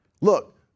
Look